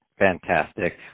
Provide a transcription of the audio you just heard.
Fantastic